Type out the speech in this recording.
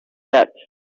that